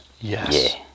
yes